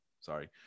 sorry